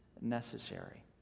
necessary